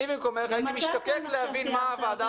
אני במקומך הייתי משתוקק להבין מה הוועדה